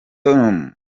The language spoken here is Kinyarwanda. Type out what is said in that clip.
tom